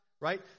right